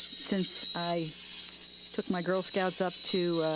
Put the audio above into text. since i took my girl scouts up to